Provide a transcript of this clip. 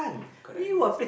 correct